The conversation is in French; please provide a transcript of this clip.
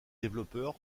développeur